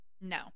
No